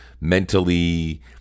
mentally